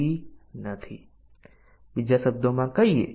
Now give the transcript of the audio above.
તેથી ઉપભોગ સંબંધ વિશે આપણે શું કહી શકીએ